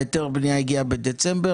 היתר הבנייה הגיע בדצמבר,